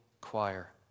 choir